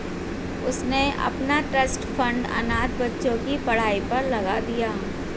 उसने अपना trust fund अनाथ बच्चों की पढ़ाई पर लगा दिया